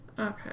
Okay